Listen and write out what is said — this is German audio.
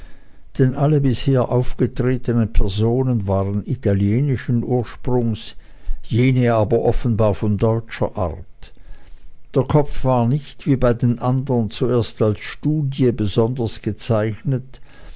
denn alle bisher aufgetretenen personen waren italienischen ursprungs jene aber offenbar von deutscher art der kopf war nicht wie bei den andern zuerst als studie besonders gezeichnet